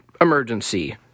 emergency